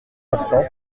instant